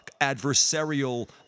adversarial